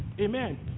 Amen